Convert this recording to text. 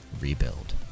rebuild